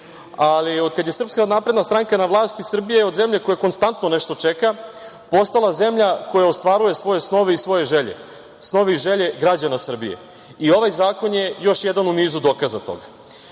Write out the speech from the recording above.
ali otkad je SNS na vlasti Srbija je od zemlje koja konstantno nešto čeka postala zemlja koja ostvaruje svoje snove i svoje želje, snove i želje građana Srbije. I ovaj zakon je još jedan u nizu dokaza toga. Ne